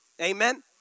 Amen